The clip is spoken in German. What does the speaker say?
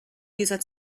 dieser